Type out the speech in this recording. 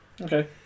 Okay